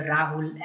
Rahul